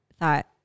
thought